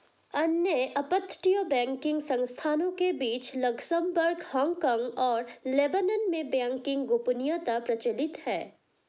अन्य अपतटीय बैंकिंग संस्थानों के बीच लक्ज़मबर्ग, हांगकांग और लेबनान में बैंकिंग गोपनीयता प्रचलित है